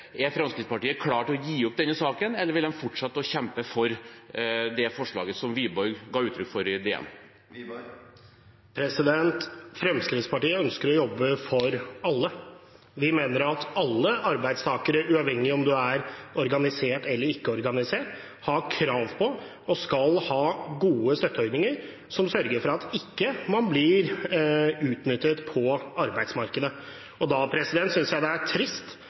å gi opp denne saken, eller vil de fortsette å kjempe for det forslaget som Wiborg ga uttrykk for i DN? Fremskrittspartiet ønsker å jobbe for alle. Vi mener at alle arbeidstakere, uavhengig av om man er organisert eller ikke organisert, har krav på og skal ha gode støtteordninger som sørger for at man ikke blir utnyttet på arbeidsmarkedet. Da synes jeg det er trist